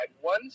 one